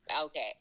Okay